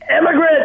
Immigrant